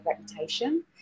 reputation